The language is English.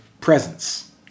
presence